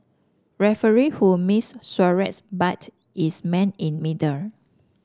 referee who missed Suarez bite is man in middle